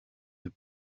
eut